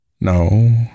No